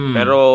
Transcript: Pero